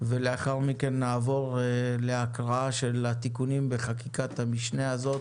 ולאחר מכן נעבור להקראה של התיקונים בחקיקת המשנה הזאת.